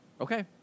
Okay